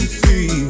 see